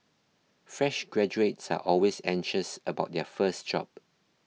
fresh graduates are always anxious about their first job